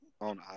on